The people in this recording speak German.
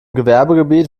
gewerbegebiet